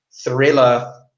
thriller